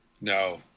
No